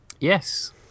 Yes